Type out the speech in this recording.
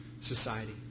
society